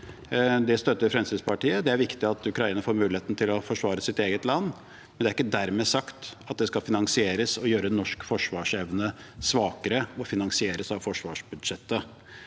Det støtter Fremskrittspartiet. Det er viktig at Ukraina får muligheten til å forsvare sitt eget land, men det er ikke dermed sagt at det skal finansieres ved å gjøre norsk forsvarsevne svakere, og finansieres over forsvarsbudsjettet.